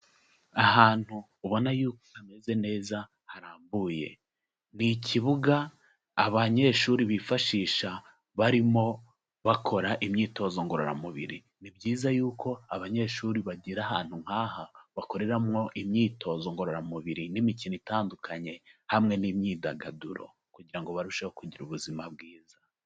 Ahantu ubona yuko hameze neza harambuye; ni ikibuga abanyeshuri bifashisha barimo bakora imyitozo ngororamubiri. Ni byiza yuko abanyeshuri bigera ahantu nk'aha bakoreramo imyitozo ngororamubiri n'imikino itandukanye, hamwe n'imyidagaduro kugira ngo barusheho kugira ubuzima bwiza.